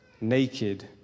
naked